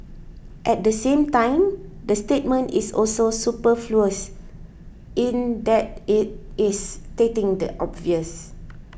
at the same time the statement is also superfluous in that it is stating the obvious